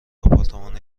آپارتمان